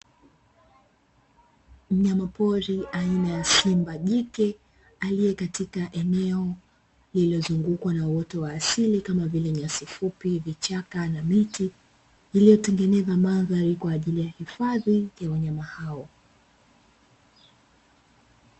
Mnyama pori aina ya simba jike aliye katika eneo lililozungukwa na uoto wa asili kama vile nyasi fupi, vichaka na miti iliyotengeneza mandhari kwa ajili ya hifadhi ya wanyama hao.